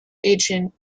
ancient